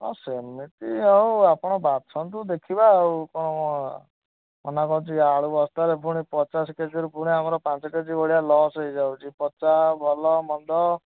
ହଁ ସେମିତି ହେଉ ଆପଣ ବାଛନ୍ତୁ ଦେଖିବା ଆଉ କ'ଣ ମନା କରୁଛି କି ଆଳୁ ବସ୍ତାରେ ପୁଣି ପଚାଶ କେଜିରୁ ପୁଣି ଆମର ପାଞ୍ଚ କେଜି ଭଳିଆ ଲସ୍ ହେଇଯାଉଛି ପଚା ଭଲ ମନ୍ଦ